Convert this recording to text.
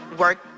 work